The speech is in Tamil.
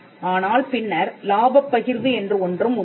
ஆனால் பின்னர் இலாபப் பகிர்வு என்று ஒன்று உள்ளது